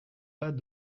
pas